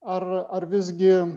ar ar visgi